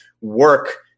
work